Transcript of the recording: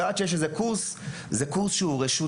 ועד שיש איזה קורס זהו קורס שהוא רשות,